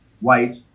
white